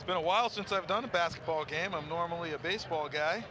it's been a while since i've done a basketball game i'm normally a baseball guy